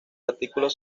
artículos